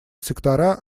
сектора